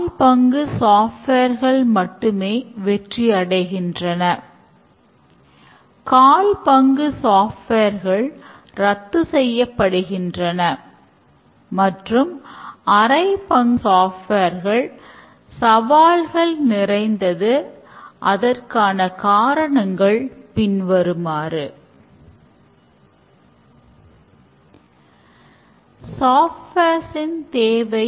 பாடத்தை பதிவு செய்தல் மதிப்பிடுதல் பணம் செலுத்துதல் ஊழியர்களுக்கான சம்பளம் பொருட்களை வாங்குவது மற்றும் சேமிப்பது ஆகிய செயல்களுக்காக software ஆனது ஏற்கனவே உள்ள கல்வி நிறுவன softwareன் தன்மைகளுக்கு ஏற்றவாறு டெவலப் செய்யப்படும்